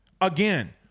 Again